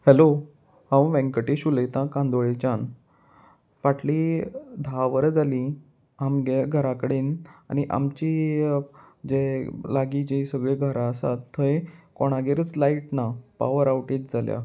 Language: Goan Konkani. हॅलो हांव वेंकटेश उलयतां कांदोळेच्यान फाटली धा वरां जालीं आमगे घराकडेन आनी आमची जे लागीं जी सगळीं घरां आसात थंय कोणागेरूच लायट ना पावर आवटेज जाल्या